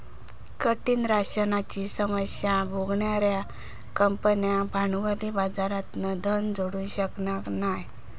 कठीण राशनाची समस्या भोगणार्यो कंपन्यो भांडवली बाजारातना धन जोडू शकना नाय